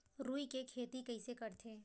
रुई के खेती कइसे करथे?